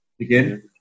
again